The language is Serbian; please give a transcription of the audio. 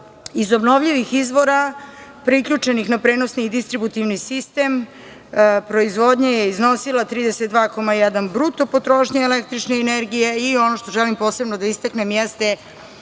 Iz obnovljivih izvora priključenih na prenosni i distributivni sistem proizvodnja je iznosila 32,1 bruto potrošnje električne energije. Ono što želim posebno da istaknem jeste